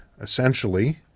essentially